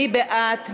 מי בעד?